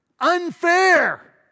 Unfair